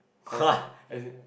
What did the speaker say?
cause as in